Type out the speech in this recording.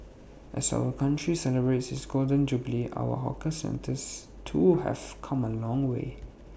as our country celebrates its Golden Jubilee our hawker centres too have come A long way